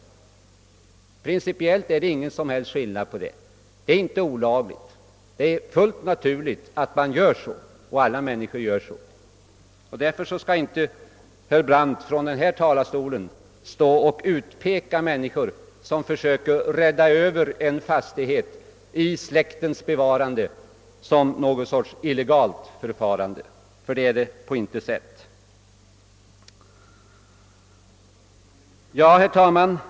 Principiellt är det ingen som helst skillnad. Det är inte olagligt utan fullt naturligt att man gör så. Det gör alla. Därför skall inte herr Brandt från denna talarstol stå och utpeka människor, vilka försöker rädda över en fastighet i släktens ägo som illojala, ty det är de inte på något sätt. Herr talman!